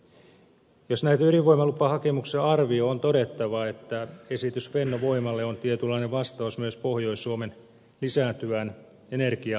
jos näitä ydinvoimalupahakemuksia arvioi on todettava että esitys fennovoimalle on tietynlainen vastaus myös pohjois suomen lisääntyvään energiantarpeeseen